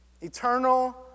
eternal